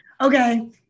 Okay